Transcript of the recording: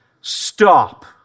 stop